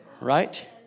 Right